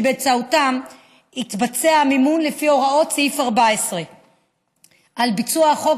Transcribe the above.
שבאמצעותם יתבצע המימון לפי הוראות סעיף 14. על ביצוע החוק